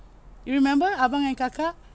you remember ahbang and kaka